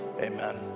amen